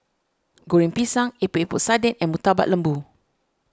Goreng Pisang Epok Epok Sardin and Murtabak Lembu